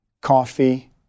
coffee